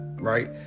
right